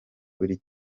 buri